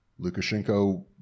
Lukashenko